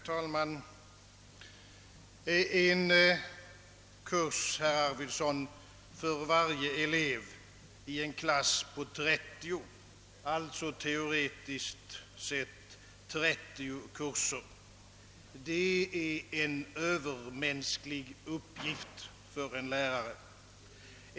Herr talman! En kurs, herr Arvidson, för varje elev i en klass på trettio, alltså teoretiskt sett trettio kurser, det är en övermänsklig uppgift för en lärare.